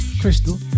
crystal